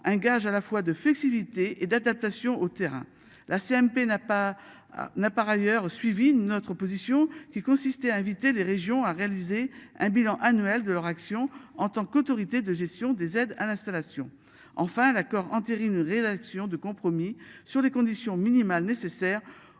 un gage à la fois de flexibilité et d'adaptation au terrain la CMP n'a pas. N'a par ailleurs suivi notre opposition qui consistait à inviter les régions à réaliser un bilan annuel de leur action en tant qu'autorité de gestion des aides à l'installation. Enfin, l'accord entérine rédactions de compromis sur les conditions minimales nécessaires